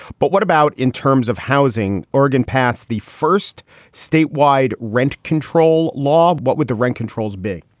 but what about in terms of housing? oregon passed the first statewide rent control law. what would the rent controls be?